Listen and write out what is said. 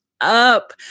up